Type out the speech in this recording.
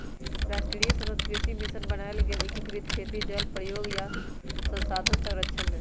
राष्ट्रीय सतत कृषि मिशन बनाएल गेल एकीकृत खेती जल प्रयोग आ संसाधन संरक्षण लेल